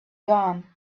dawn